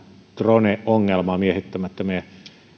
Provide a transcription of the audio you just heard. drone ongelmaan miehittämättömien